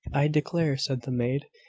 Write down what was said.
i declare, said the maid,